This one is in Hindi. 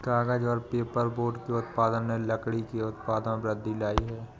कागज़ और पेपरबोर्ड के उत्पादन ने लकड़ी के उत्पादों में वृद्धि लायी है